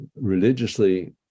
religiously